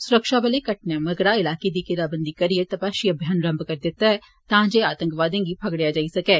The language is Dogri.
सुरक्षाबलें घटना मगरा इलाके दी घेराबंदी करियै तपाशी अभियान रम्म करी दिते दा ऐ तां जे आतंकवादिएं गी फगडेआ जाई सकै